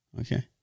Okay